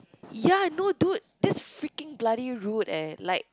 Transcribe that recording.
ya I know dude that's freaking bloody rude eh like